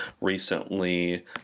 recently